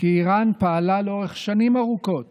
כי איראן פעלה לאורך שנים ארוכות